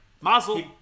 Mazel